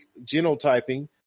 genotyping